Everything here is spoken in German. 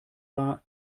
war